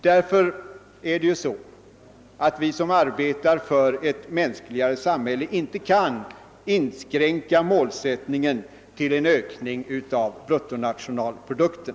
Därför kan inte vi som arbetar för ett mänskligare samhälle inskränka målsättningen till att endast gälla en ökning av bruttonationalprodukten.